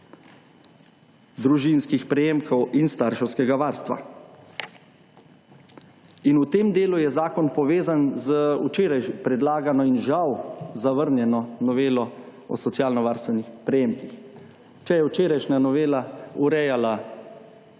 družinskih prejemkov in starševskega varstva. In v tem delu je zakon povezan z včeraj predlagano in žal zavrnjeno novelo o socialnovarstvenih prejemkih. Če je včerajšnja novela urejala,